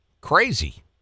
crazy